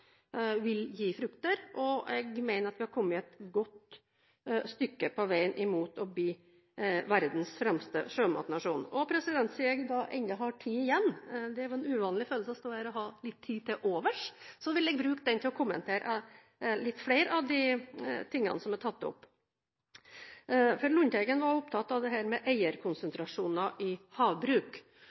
vil gi frukter. Jeg mener at vi har kommet et godt stykke på vei til å bli verdens fremste sjømatnasjon. Siden jeg ennå har tid igjen – det er en uvanlig følelse å stå her og ha tid til overs – vil jeg bruke den til å kommentere noen flere av tingene som er tatt opp. Representanten Lundteigen var opptatt av eierkonsentrasjoner i havbruk.